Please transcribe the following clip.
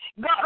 God